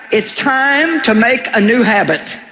it's time to make a new habit,